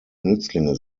nützlinge